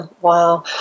Wow